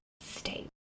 state